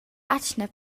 atgna